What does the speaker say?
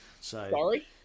Sorry